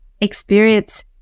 experience